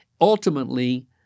ultimately